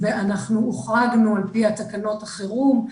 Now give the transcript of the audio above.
הוחרגנו על פי תקנות החירום.